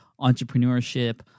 entrepreneurship